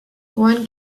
one